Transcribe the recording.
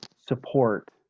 support